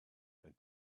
and